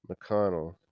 McConnell